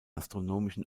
astronomischen